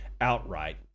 outright